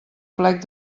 plec